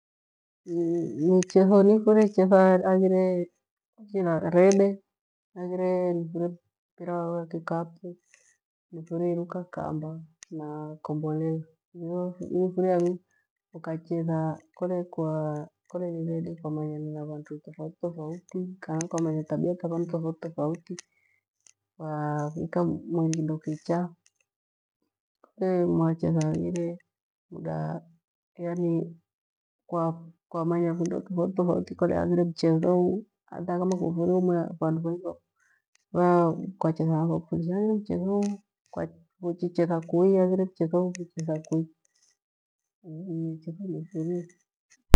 Micheho niifurie icheha aghire rede, aghire mpira wa kikapu, nifurie iruka kamba, na kombolela. Nifurie angu uka chetha kole kwa kole ni rede kwamanyana na vantu tufautitofauti, kana kwamanya tabia ka vantu tufautitofauti, kwa vika mwing'indo kicha, kole mwachetha haghire muga yani kwa- kwamanya vindo tofautitofauti kole haghile mchehou hata kama kughire umwi vanu vengi bhakwachetha naho haghire mchethou, tochichetha kui haghire u tuchichetha kui.